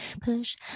Push